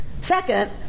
Second